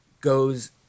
goes